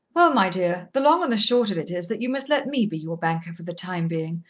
well, my dear, the long and the short of it is, that you must let me be your banker for the time being.